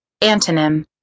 Antonym